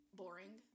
boring